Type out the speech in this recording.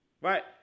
Right